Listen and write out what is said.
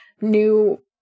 new